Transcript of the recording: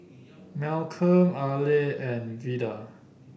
Malcolm Aleah and Vidal